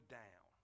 down